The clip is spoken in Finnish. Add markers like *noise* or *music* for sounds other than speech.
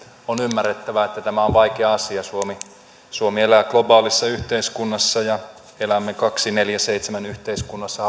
on ymmärrettävää että tämä on vaikea asia suomi suomi elää globaalissa yhteiskunnassa ja elämme kaksikymmentäneljä kautta seitsemän yhteiskunnassa *unintelligible*